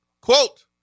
quote